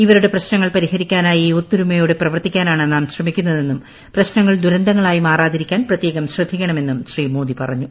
ഇവരുടെ പ്രശ്നങ്ങൾ പരിഹരിക്കാനായി ഒത്തൊരുമയോടെ പ്രവർത്തിക്കാനാണ് നാം ശ്രമിക്കുന്നതെന്നും പ്രശ്നങ്ങൾ ദുരന്തങ്ങളായി മാറാതിരിക്കാൻ പ്രത്യേകം ശ്രദ്ധിക്കണമെന്നും ശ്രീ മോദി പറഞ്ഞു